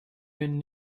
been